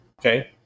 okay